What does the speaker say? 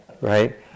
right